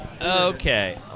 Okay